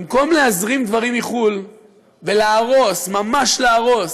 במקום להזרים דברים מחו"ל ולהרוס, ממש להרוס,